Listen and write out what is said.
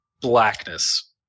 blackness